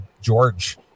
George